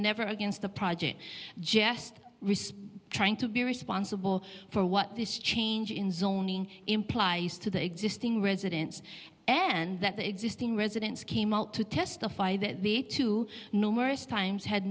never against the project gest resp trying to be responsible for what this change in zoning implies to the existing residents and that the existing residents came out to testify that they too numerous times had